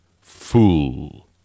fool